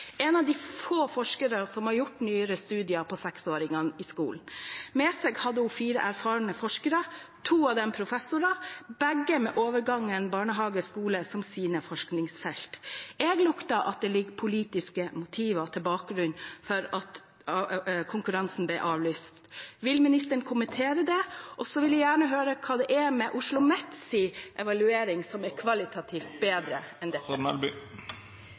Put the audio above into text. en av få forskere som har gjort nyere studier av seksåringer i skolen. Med seg hadde hun fire erfarne forskere, to av dem er professorer, begge med overgangen barnehage–skole som sine forskningsfelt. Jeg lukter at det ligger politiske motiver bak at konkurransen ble avlyst. Vil ministeren kommentere det? Jeg vil også gjerne høre hva det er med OsloMets evaluering som gjør den kvalitativt bedre enn dette. I innlegget mitt var jeg tydelig på at det